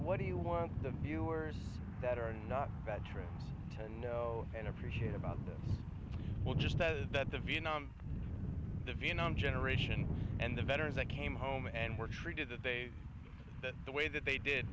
what do you want the viewers that are not veterans to know and appreciate about the will just says that the vietnam the vietnam generation and the veterans that came home and were treated that they that the way that they